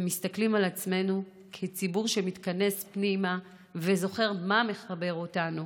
ומסתכלים על עצמנו כציבור שמתכנס פנימה וזוכר מה מחבר אותנו.